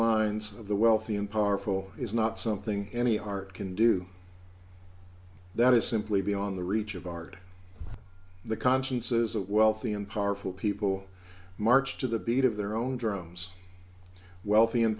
minds of the wealthy and powerful is not something any art can do that is simply beyond the reach of art the consciences of wealthy and powerful people march to the beat of their own drums wealthy and